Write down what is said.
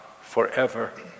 forever